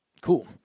Cool